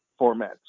formats